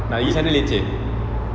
nak gi sana leceh